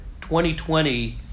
2020